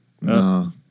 No